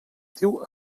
teu